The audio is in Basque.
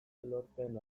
lorpen